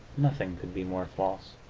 nothing could be more false.